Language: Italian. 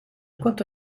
quanto